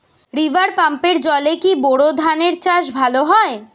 River পাম্পের জলে কি বোর ধানের চাষ ভালো হয়?